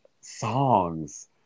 songs